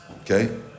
Okay